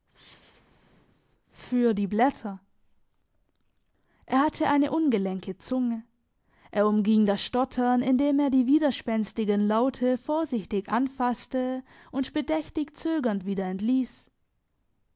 f ff für die blätter er hatte eine ungelenke zunge er umging das stottern indem er die widerspenstigen laute vorsichtig anfasste und bedächtig zögernd wieder entliess